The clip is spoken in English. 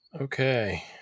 okay